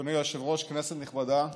אדוני היושב-ראש, כנסת נכבדה,